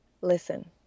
Listen